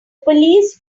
police